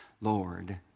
Lord